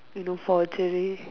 you know forgery